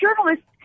journalists